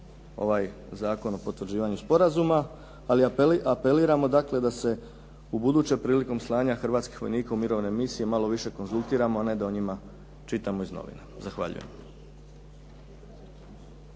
ovaj Zakon o potvrđivanju sporazuma. Ali apeliramo dakle da se u buduće prilikom slanja hrvatskih vojnika u mirovne misije malo više konzultiramo, a ne da o njima čitamo iz novina. Zahvaljujem.